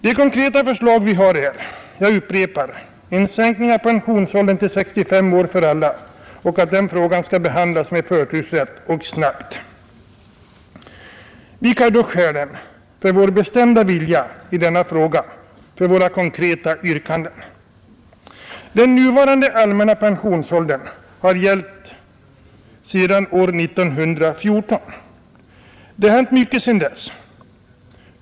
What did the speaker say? De konkreta förslag vi har är: en sänkning av pensionsåldern till 65 år för alla och att frågan behandlas snabbt och med förtursrätt. Vilka är då skälen för vår bestämda vilja i denna fråga och för våra konkreta yrkanden? Den nuvarande allmänna pensionsåldern har gällt sedan år 1914. Det har hänt mycket sedan dess.